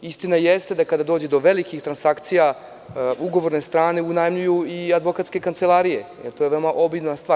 Istina jeste da kada dođe do velikih transakcija ugovorne strane unajmljuju i advokatske kancelarije, jer to je veoma obimna stvar.